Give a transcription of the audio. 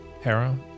Hera